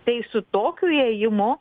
tai su tokiu ėjimu